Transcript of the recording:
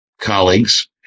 colleagues